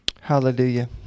Hallelujah